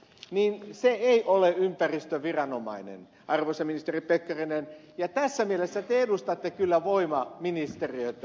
se ei ole ympäristöviranomainen arvoisa ministeri pekkarinen ja tässä mielessä te edustatte kyllä voimaministeriötä